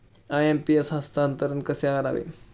IMPS हस्तांतरण कसे करावे?